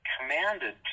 commanded